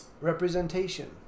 representation